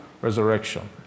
resurrection